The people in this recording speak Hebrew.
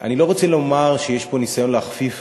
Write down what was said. אני לא רוצה לומר שיש פה ניסיון להכפיף